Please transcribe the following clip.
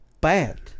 bad